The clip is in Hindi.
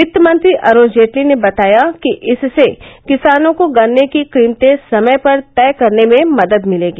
वित्त मंत्री अरुण जेटली ने बताया कि इससे किसानों को गन्ने की कीमतें समय पर तय करने में मदद मिलेगी